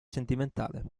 sentimentale